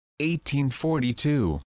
1842